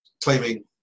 claiming